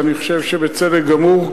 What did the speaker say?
ואני חושב שבצדק גמור,